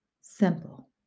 simple